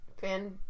Fan